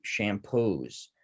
Shampoos